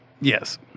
Yes